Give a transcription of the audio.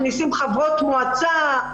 מכניסים חברות מועצה,